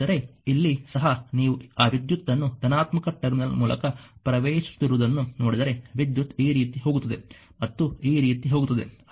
ಆದರೆ ಇಲ್ಲಿ ಸಹ ನೀವು ಆ ವಿದ್ಯುತನ್ನು ಧನಾತ್ಮಕ ಟರ್ಮಿನಲ್ ಮೂಲಕ ಪ್ರವೇಶಿಸುತ್ತಿರುವುದನ್ನು ನೋಡಿದರೆ ವಿದ್ಯುತ್ ಈ ರೀತಿ ಹೋಗುತ್ತದೆ ಮತ್ತು ಈ ರೀತಿ ಹೋಗುತ್ತದೆ